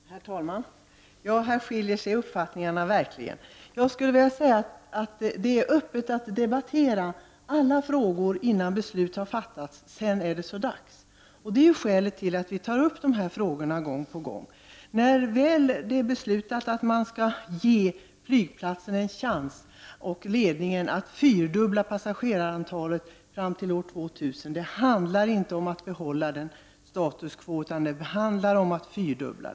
Herr talman! Här skiljer sig uppfattningarna verkligen åt. Det är enligt min mening öppet för debatt kring alla frågor innan beslut har fattats; sedan är det så dags! Det är också skälet till att vi tar upp dessa frågor gång på gång, innan det väl är beslutat att man skall ge flygplatsen och ledningen en chans att fyrdubbla passagerarantalet fram till år 2000. Det handlar nämligen inte om att behålla status quo utan om en fyrdubbling.